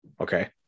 okay